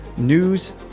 news